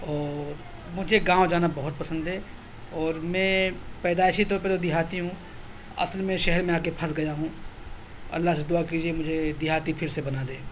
اور مجھے گاؤں جانا بہت پسند ہے اور میں پیدائشی طور پر تو دیہاتی ہوں اصل میں شہر میں آ کے پھنس گیا ہوں اللّہ سے دعا کیجیے مجھے دیہاتی پھر سے بنا دے